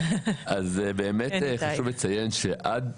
באמת חשוב לציין שעד